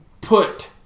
put